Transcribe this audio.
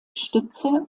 stütze